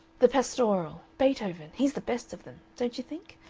the pastoral. beethoven he's the best of them. don't you think?